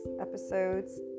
Episodes